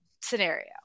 scenario